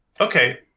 Okay